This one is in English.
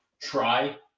try